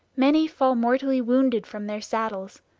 many fall mortally wounded from their saddles.